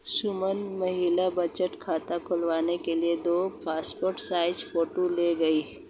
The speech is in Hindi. सुमन महिला बचत खाता करवाने के लिए दो पासपोर्ट साइज फोटो ले गई